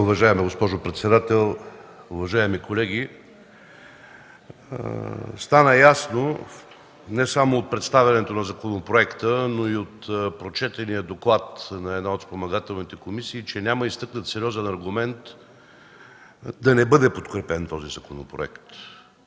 Уважаема госпожо председател, уважаеми колеги! Стана ясно не само от представянето на законопроекта, но и от прочетения доклад на една от спомагателните комисии, че няма изтъкнат сериозен аргумент този законопроект